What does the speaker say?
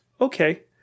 okay